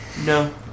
No